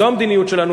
זו המדיניות שלנו,